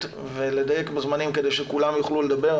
ולדייק בזמנים כדי שכולם יוכלו לדבר.